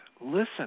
listen